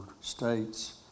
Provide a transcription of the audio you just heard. states